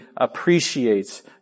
appreciates